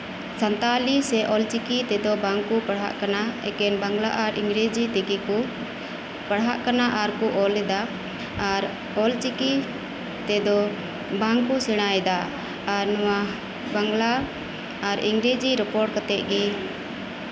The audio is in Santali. ᱥᱟᱱᱛᱟᱞᱤ ᱥᱮ ᱚᱞᱪᱤᱠᱤ ᱛᱮᱫᱚ ᱵᱟᱝᱠᱚ ᱯᱟᱲᱦᱟᱜ ᱠᱟᱱᱟ ᱮᱠᱮᱱ ᱵᱟᱝᱞᱟ ᱟᱨ ᱤᱝᱨᱮᱡᱤ ᱛᱮᱜᱮ ᱠᱚ ᱯᱟᱲᱦᱟᱜ ᱠᱟᱱᱟ ᱟᱨ ᱠᱚ ᱚᱞ ᱮᱫᱟ ᱟᱨ ᱚᱞᱪᱤᱠᱤ ᱛᱮᱫᱚ ᱵᱟᱝᱠᱚ ᱥᱮᱲᱟᱭᱮᱫᱟ ᱟᱨ ᱱᱚᱣᱟ ᱵᱟᱝᱞᱟ ᱟᱨ ᱤᱝᱨᱮᱡᱤ ᱨᱚᱯᱚᱲ ᱠᱟᱛᱮᱫ ᱜᱮ